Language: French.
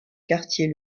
quartier